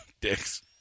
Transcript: Dicks